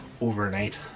overnight